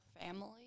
family